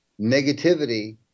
negativity